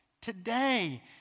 Today